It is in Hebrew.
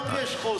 כבר היום יש חוסר.